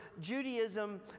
Judaism